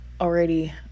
already